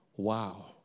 wow